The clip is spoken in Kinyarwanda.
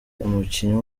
umukinnyi